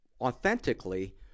authentically